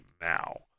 now